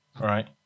Right